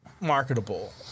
marketable